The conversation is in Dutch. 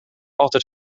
altijd